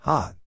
Hot